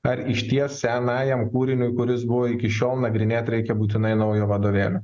ar išties senajam kūriniui kuris buvo iki šiol nagrinėt reikia būtinai naujo vadovėlio